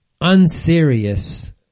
unserious